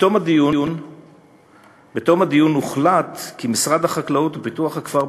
בתום הדיון הוחלט כי משרד החקלאות ופיתוח הכפר,